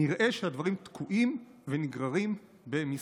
נראה שהדברים תקועים ונגררים במשרדך.